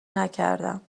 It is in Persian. نکردم